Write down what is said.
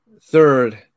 third